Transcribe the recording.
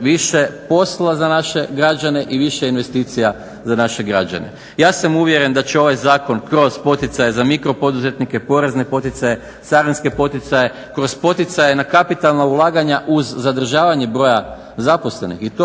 više posla za naše građane i više investicija za naše građane. Ja sam uvjeren da će ovaj zakon kroz poticaje za mikropoduzetnike, porezne poticaje, carinske poticaje, kroz poticaje na kapitalna ulaganja uz zadržavanje broja zaposlenih i to